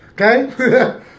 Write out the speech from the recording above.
Okay